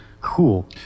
cool